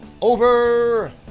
over